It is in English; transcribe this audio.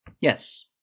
Yes